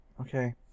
Okay